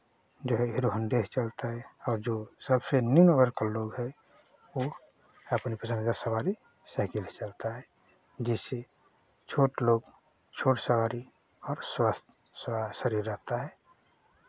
जो है हीरोहोंडे से चलता है और जो सबसे निम्न वर्ग का लोग है वो अपनी पसंद का सवारी साइकिल से चलता है जिससे छोट लोग छोट सवारी और स्वास्थ्य शरीर रहता है